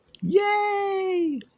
Yay